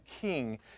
king